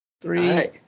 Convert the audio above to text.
three